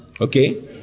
okay